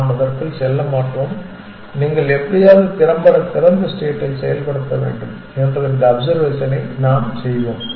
நாம் அதற்குள் செல்ல மாட்டோம் நீங்கள் எப்படியாவது திறம்பட திறந்த ஸ்டேட்டில் செயல்படுத்த வேண்டும் என்று இந்த அப்சர்வேஷனை நாம் செய்வோம்